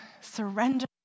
surrender